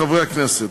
חברי הכנסת,